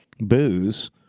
Booze